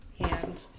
hand